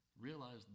realize